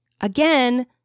again